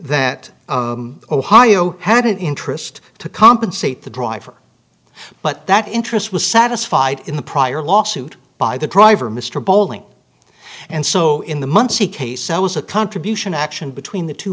that ohio had an interest to compensate the driver but that interest was satisfied in the prior lawsuit by the driver mr bowling and so in the months he case was a contribution action between the two